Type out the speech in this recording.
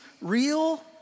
real